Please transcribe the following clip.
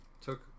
took